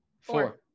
Four